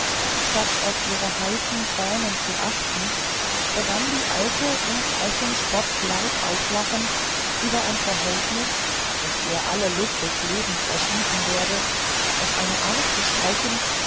statt auf ihre heiße tränen zu achten begann die alte in frechem spott laut auflachend über ein verhältnis das ihr alle lust des lebens erschließen werde auf eine art zu sprechen